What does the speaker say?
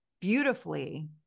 beautifully